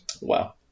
wow